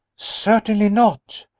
certainly not.